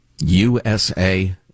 USA